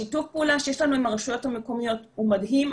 שיתוף הפעולה שיש לנו עם הרשויות המקומיות הוא מדהים,